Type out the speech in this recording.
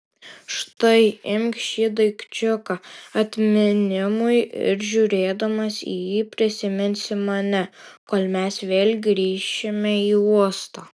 štai imk šį daikčiuką atminimui ir žiūrėdamas į jį prisiminsi mane kol mes vėl grįšime į uostą